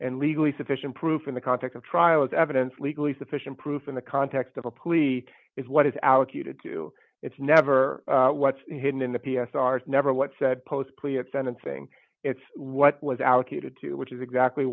and legally sufficient proof in the context of trial is evidence legally sufficient proof in the context of a plea is what is out you to do it's never what hidden in the p s r never what's said post plea at sentencing it's what was allocated to which is exactly